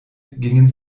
gingen